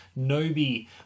Noby